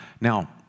now